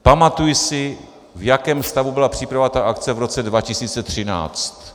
Pamatuji si, v jakém stavu byla příprava té akce v roce 2013.